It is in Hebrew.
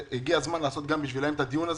הגיע לעשות גם בשבילם את הדיון הזה,